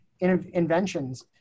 inventions